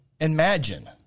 Imagine